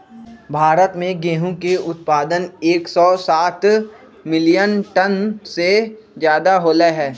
भारत में गेहूं के उत्पादन एकसौ सात मिलियन टन से ज्यादा होलय है